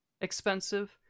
expensive